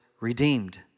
redeemed